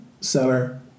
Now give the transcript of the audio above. seller